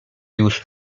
już